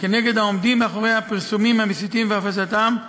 כנגד העומדים מאחורי הפרסומים המסיתים והפצתם,